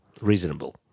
reasonable